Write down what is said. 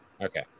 Okay